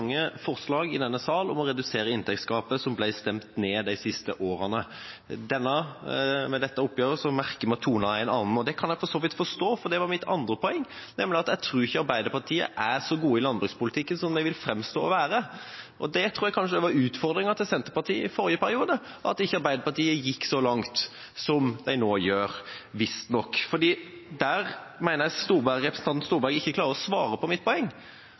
fremmet forslag i denne sal om å redusere inntektsgapet, forslag som har blitt stemt ned. Med dette oppgjøret merker vi at tonen er en annen. Det kan jeg for så vidt forstå, for det var mitt andre poeng, nemlig at jeg ikke tror Arbeiderpartiet er så gode i landbrukspolitikken som de vil framstå som. Det tror jeg kanskje var utfordringa for Senterpartiet i forrige periode, at ikke Arbeiderpartiet gikk så langt som de nå gjør – visstnok. Der mener jeg at representanten Storberget ikke greier å svare på mitt poeng,